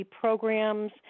programs